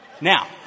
Now